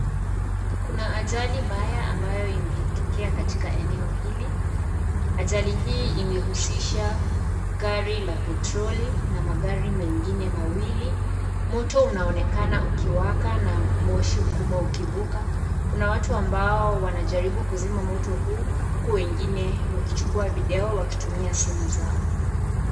Kuna ajali mbaya ambayo imetokea katika eneo hili. Ajali hii imehusisha gari la petroli na magari mengine mawili moto unaonekana ukiwaka na moshi mkubwa ukivuka, kuna watu ambao wanaonekana wakijaribu kuzima moto huu huku wengine wakichukua video wakitumia simu zao.